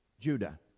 Judah